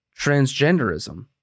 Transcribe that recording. transgenderism